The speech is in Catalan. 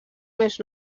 més